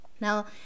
Now